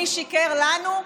מי שיקר לנו,